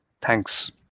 Thanks